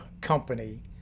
company